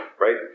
right